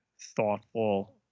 thoughtful